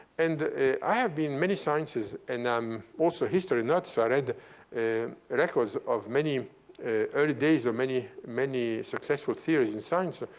and i have been in many sciences. and i'm also history nut, so i read and records of many early days or many many successful theories in science. ah